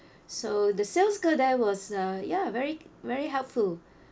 so the salesgirl there was uh ya very very helpful